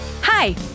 Hi